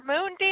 Moon